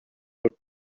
not